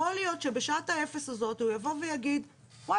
יכול להיות שבשעת האפס הזאת הוא יבוא ויגיד וואי,